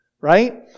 right